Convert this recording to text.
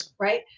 Right